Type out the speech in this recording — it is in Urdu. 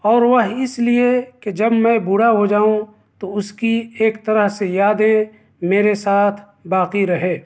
اور وہ اس لیے کہ جب میں بوڑھا ہو جاؤں تو اس کی ایک طرح سے یادیں میرے ساتھ باقی رہے